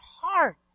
heart